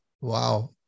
Wow